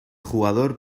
jugador